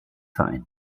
verein